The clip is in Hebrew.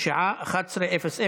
בשעה 11:00.